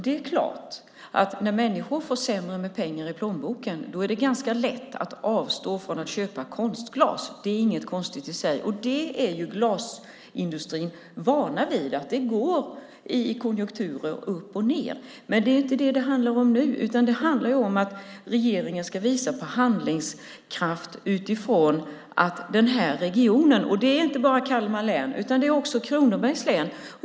Det är klart att när människor har mindre pengar i plånboken är det ganska lätt att avstå från att köpa konstglas. Det är inget konstigt i sig. Glasindustrin är van vid att konjunkturerna går upp och ned. Men det är inte det som det handlar om nu, utan det handlar om att regeringen ska visa handlingskraft utifrån denna region. Det är inte bara Kalmar län, utan det är också Kronobergs län.